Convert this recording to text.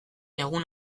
egun